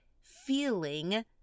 feeling